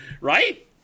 Right